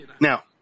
Now